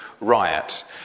riot